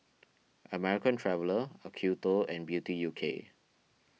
American Traveller Acuto and Beauty U K